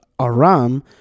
Aram